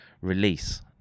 release